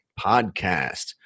Podcast